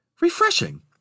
Refreshing